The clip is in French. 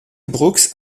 brooks